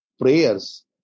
prayers